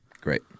Great